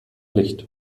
licht